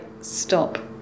stop